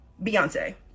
Beyonce